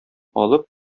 алып